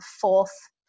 fourth